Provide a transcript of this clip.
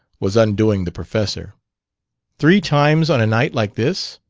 was undoing the professor three times on a night like this?